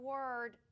Word